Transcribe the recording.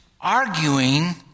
arguing